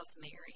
Mary